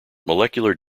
molecular